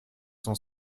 cent